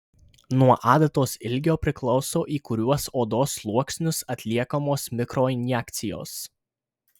nuo adatos ilgio priklauso į kuriuos odos sluoksnius atliekamos mikroinjekcijos